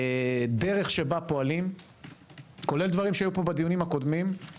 הדרך שבה פועלים כולל דברים שהיו פה בדיונים הקודמים,